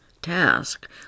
task